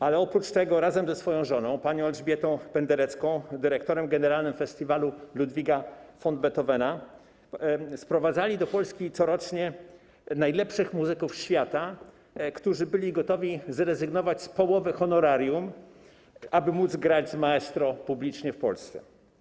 Ale oprócz tego razem ze swoją żoną, panią Elżbietą Penderecką, dyrektorem generalnym festiwalu Ludwiga van Beethovena, corocznie sprowadzał do Polski najlepszych muzyków świata, którzy byli gotowi zrezygnować z połowy honorarium, aby móc grać z maestro publicznie w Polsce.